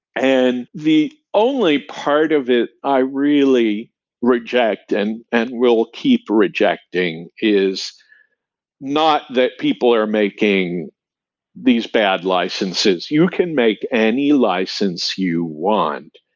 and the only part of it i really reject and and will keep rejecting is not that people are making these bad licenses. you can make any license you want,